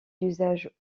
d’usage